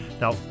Now